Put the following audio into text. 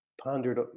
pondered